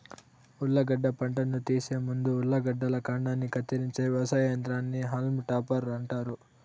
ఉర్లగడ్డ పంటను తీసే ముందు ఉర్లగడ్డల కాండాన్ని కత్తిరించే వ్యవసాయ యంత్రాన్ని హాల్మ్ టాపర్ అంటారు